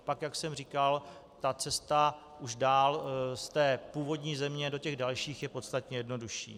Pak, jak jsem říkal, cesta už dál z té původní země do těch dalších je podstatně jednodušší.